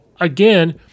again